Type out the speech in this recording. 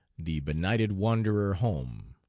the benighted wanderer home.